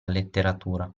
letteratura